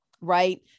right